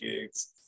gigs